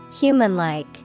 Human-like